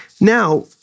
Now